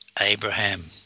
Abraham